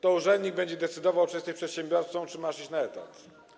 To urzędnik będzie decydował, czy jesteś przedsiębiorcą, czy masz iść na etat.